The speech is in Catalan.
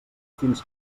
fins